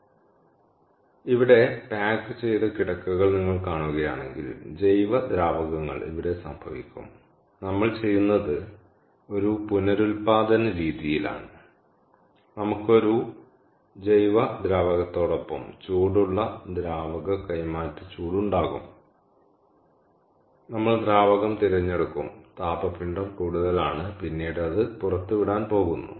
അതിനാൽ ഇവിടെ പായ്ക്ക് ചെയ്ത കിടക്കകൾ നിങ്ങൾ കാണുകയാണെങ്കിൽ ജൈവ ദ്രാവകങ്ങൾ ഇവിടെ സംഭവിക്കും നമ്മൾ ചെയ്യുന്നത് ഒരു പുനരുൽപ്പാദന രീതിയിലാണ് നമുക്ക് ഒരു ജൈവ ദ്രാവകത്തോടൊപ്പം ചൂടുള്ള ദ്രാവക കൈമാറ്റ ചൂട് ഉണ്ടാകും നമ്മൾ ദ്രാവകം തിരഞ്ഞെടുക്കും താപ പിണ്ഡം കൂടുതലാണ് പിന്നീട് അത് പുറത്തുവിടാൻ പോകുന്നു